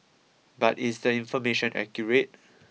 but is the information accurate